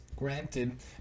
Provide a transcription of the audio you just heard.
Granted